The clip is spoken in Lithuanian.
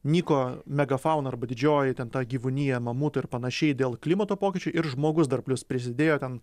nyko mega fauna arba didžioji ten ta gyvūnija mamutai ir panašiai dėl klimato pokyčių ir žmogus dar plius prisidėjo ten